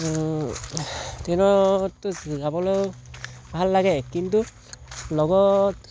ট্ৰেইনত যাবলৈ ভাল লাগে হয় কিন্তু লগত